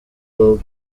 bob